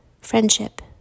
friendship